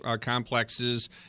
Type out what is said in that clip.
complexes